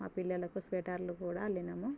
మా పిల్లలకు స్వెటర్లు కూడా అల్లినము